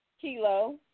Kilo